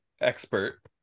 expert